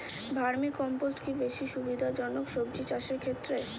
Vermi compost কি বেশী সুবিধা জনক সবজি চাষের ক্ষেত্রে?